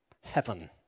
heaven